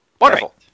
Wonderful